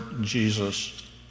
Jesus